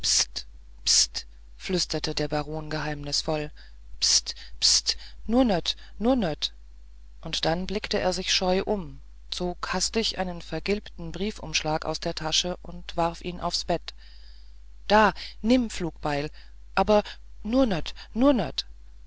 flüsterte der baron geheimnisvoll pst pst nur nöt nur nöt dann blickte er sich scheu um zog hastig einen vergilbten briefumschlag aus der tasche und warf ihn aufs bett da nimm flugbeil aber nur nöt nur nöt